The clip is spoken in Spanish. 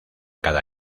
cada